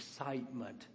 excitement